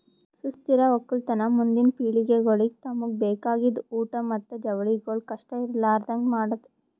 ಸುಸ್ಥಿರ ಒಕ್ಕಲತನ ಮುಂದಿನ್ ಪಿಳಿಗೆಗೊಳಿಗ್ ತಮುಗ್ ಬೇಕಾಗಿದ್ ಊಟ್ ಮತ್ತ ಜವಳಿಗೊಳ್ ಕಷ್ಟ ಇರಲಾರದಂಗ್ ಮಾಡದ್